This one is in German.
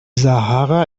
sahara